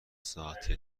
ساعتی